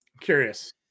curious